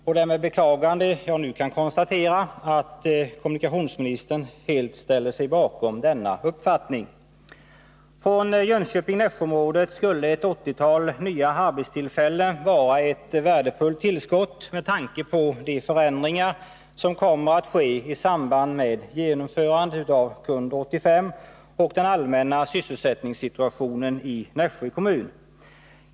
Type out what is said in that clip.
Det är med beklagande jag nu kan konstatera att kommunikationsministern helt ansluter sig till denna inställning. För Jönköping-Nässjö-området skulle ett åttiotal nya arbetstillfällen vara ett värdefullt tillskott med tanke på de förändringar som kommer att ske i samband med genomförandet av KUND 85 och den allmänna sysselsättningssituationen i Nässjö kommun.